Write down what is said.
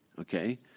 Okay